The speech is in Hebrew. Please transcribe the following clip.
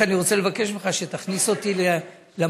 אני רוצה לבקש ממך שתכניס אותי למציעים